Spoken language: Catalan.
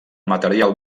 material